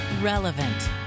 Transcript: relevant